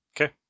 Okay